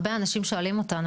הרבה פעמים אנשים שואלים אותנו,